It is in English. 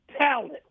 talent